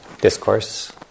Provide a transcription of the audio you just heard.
discourse